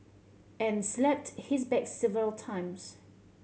and slapped his back several times